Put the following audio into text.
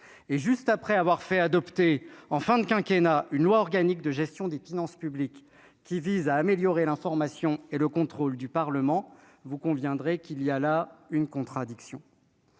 et juste après avoir fait adopter en fin de quinquennat une loi organique de gestion des finances publiques qui visent à améliorer l'information et le contrôle du Parlement, vous conviendrez qu'il y a là une contradiction,